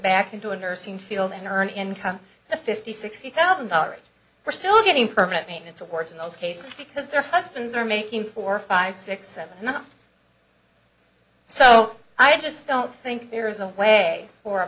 back into a nursing field and earn an income of fifty sixty thousand dollars we're still getting permanent payments of course in this case because their husbands are making four five six seven so i just don't think there is a way for a